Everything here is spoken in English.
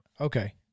Okay